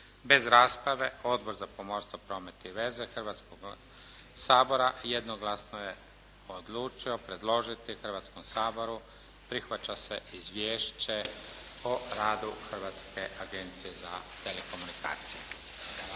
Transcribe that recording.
Bez rasprave Odbor za pomorstvo, promet i veze Hrvatskog sabora jednoglasno je odlučio predložiti Hrvatskom saboru prihvaća se izvješće o radu Hrvatske agencije za telekomunikacije.